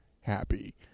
happy